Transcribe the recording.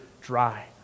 dry